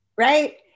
right